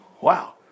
Wow